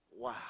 Wow